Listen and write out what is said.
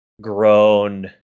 grown